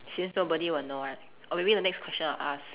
since nobody will know [what] or maybe the next question I'll ask